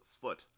foot